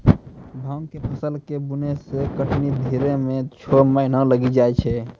भाँग के फसल के बुनै से कटनी धरी मे छौ महीना लगी जाय छै